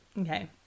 Okay